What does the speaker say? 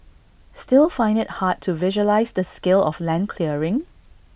still find IT hard to visualise the scale of land clearing